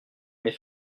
mes